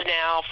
now